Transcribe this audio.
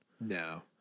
No